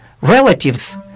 relatives